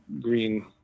Green